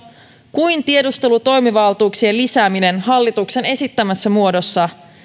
kuin tiedustelutoimivaltuuksien lisäämistä hallituksen esittämässä muodossa